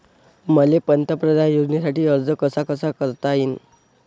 मले पंतप्रधान योजनेसाठी अर्ज कसा कसा करता येईन?